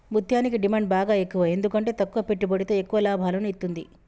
ముత్యనికి డిమాండ్ బాగ ఎక్కువ ఎందుకంటే తక్కువ పెట్టుబడితో ఎక్కువ లాభాలను ఇత్తుంది